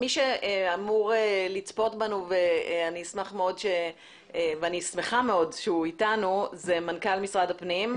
מי שאמור לצפות בנו ואני שמחה מאוד שהוא איתנו זה מנכ"ל משרד הפנים,